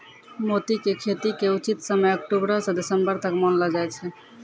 मोती के खेती के उचित समय अक्टुबरो स दिसम्बर तक मानलो जाय छै